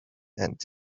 and